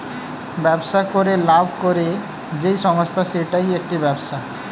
ব্যবসা করে লাভ করে যেই সংস্থা সেইটা একটি ব্যবসা